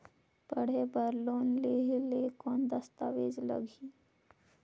पढ़े बर लोन लहे ले कौन दस्तावेज लगही?